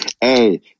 Hey